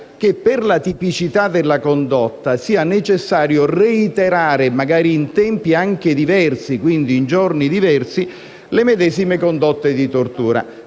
che per la tipicità della condotta sia necessario reiterare, magari in tempi anche diversi, quindi in giorni diversi, le medesime condotte di tortura,